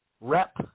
rep